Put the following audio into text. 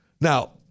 Now